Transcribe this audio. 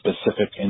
specific